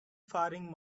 faring